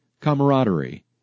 camaraderie